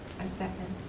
i second.